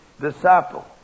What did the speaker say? disciple